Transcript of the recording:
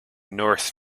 north